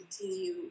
continue